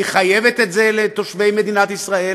היא חייבת את זה לתושבי מדינת ישראל,